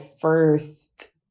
first